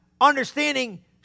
Understanding